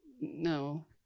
No